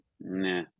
nah